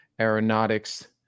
Aeronautics